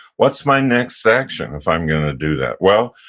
what's my next action if i'm going to do that? well,